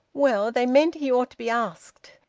well they meant he ought to be asked.